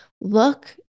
look